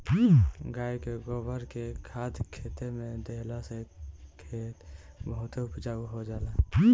गाई के गोबर के खाद खेते में देहला से खेत बहुते उपजाऊ हो जाला